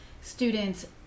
students